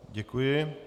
Děkuji.